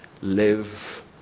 live